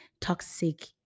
toxic